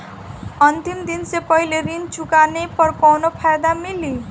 अंतिम दिन से पहले ऋण चुकाने पर कौनो फायदा मिली?